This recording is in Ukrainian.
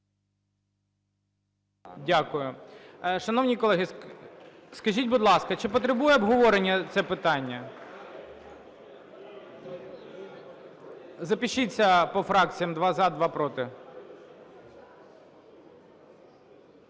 Дякую. Шановні колеги, скажіть, будь ласка, чи потребує обговорення це питання? Запишіться по фракціях: два – за, два – проти.